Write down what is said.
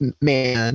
man